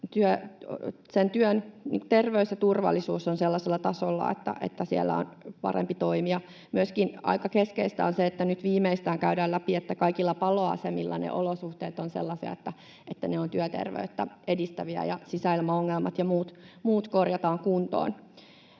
sen työn terveys ja turvallisuus ovat sellaisella tasolla, että siellä on parempi toimia. Myöskin aika keskeistä on se, että viimeistään nyt käydään läpi, että kaikilla paloasemilla ne olosuhteet ovat sellaisia, että ne ovat työterveyttä edistäviä, ja sisäilmaongelmat ja muut korjataan kuntoon.